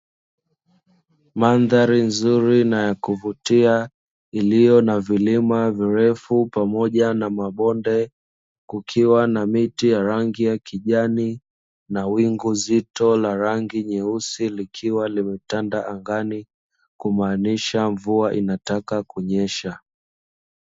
Mandhari nzuri na ya kuvutia iliyo na vilima virefu pamoja na mabonde kukiwa, na miti ya rangi ya kijani na wingu zito la rangi nyeusi likiwa limetanda angali kumaanisha mvua inataka kunyesha.